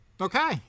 Okay